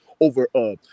over